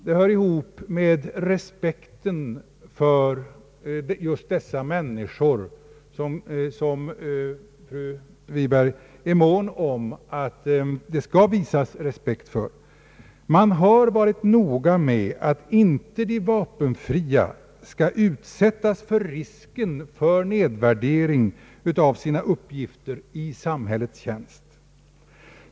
Det hör ihop med respekten för just dessa människor, och fru Segerstedt Wiberg är ju mån om att det skall visas respekt för dem. Man har varit noga med att de vapenfria inte skall utsättas för risken för nedvärdering av sina uppgifter i samhällets tjänst.